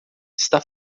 está